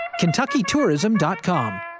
KentuckyTourism.com